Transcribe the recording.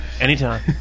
Anytime